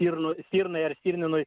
stirnu stirnai ar stirninui